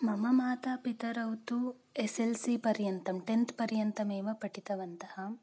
मम मातापितरौ तु एस्सेल्सिपर्यन्तं टेन्त् पर्यन्तमेव पठितवन्तः